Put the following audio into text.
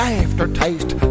aftertaste